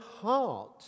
heart